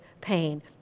pain